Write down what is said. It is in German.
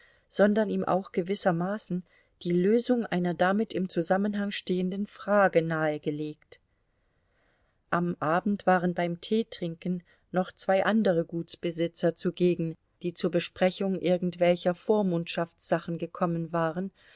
sondern ihm auch gewissermaßen die lösung einer damit im zusammenhang stehenden frage nahegelegt am abend waren beim teetrinken noch zwei andere gutsbesitzer zugegen die zur besprechung irgendwelcher vormundschaftssachen gekommen waren